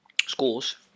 schools